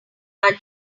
ali